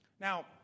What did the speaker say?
Now